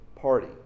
party